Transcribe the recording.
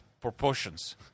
proportions